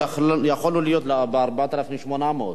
יכולנו להיות ב-4,800,